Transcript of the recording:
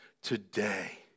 Today